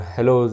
Hello